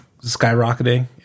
skyrocketing